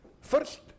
First